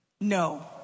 No